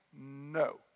no